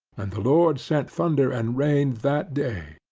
and the lord sent thunder and rain that day,